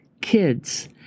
kids